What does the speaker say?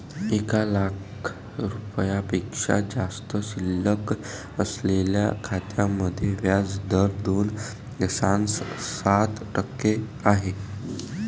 एक लाख रुपयांपेक्षा जास्त शिल्लक असलेल्या खात्यांमध्ये व्याज दर दोन दशांश सात टक्के आहे